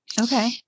okay